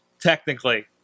technically